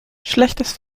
schlechtes